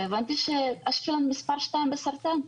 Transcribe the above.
והבנתי שאשקלון מס' 2 בסרטן.